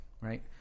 right